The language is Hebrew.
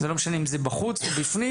זה לא משנה אם זה בחוץ או בפנים,